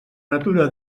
natura